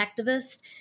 activist